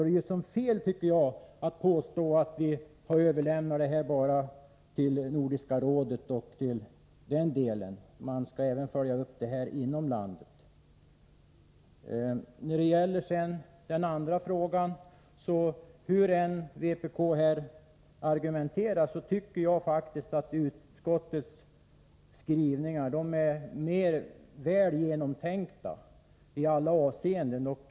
Det är alltså fel att påstå att vi bara har överlämnat frågan till Nordiska rådet — den skall följas upp även inom vårt land. När det gäller den andra frågan tycker jag faktiskt, hur vpk-representanten än argumenterar, att utskottets skrivningar är bättre genomtänkta i alla avseenden.